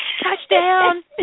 Touchdown